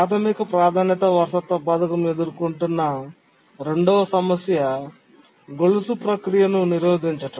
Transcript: ప్రాథమిక ప్రాధాన్యత వారసత్వ పథకం ఎదుర్కొంటున్న రెండవ సమస్య గొలుసు ప్రక్రియను నిరోధించడం